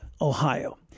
ohio